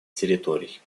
территорий